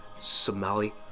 Somali